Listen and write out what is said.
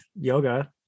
yoga